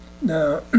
Now